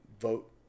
Vote